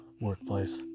workplace